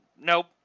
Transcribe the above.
Nope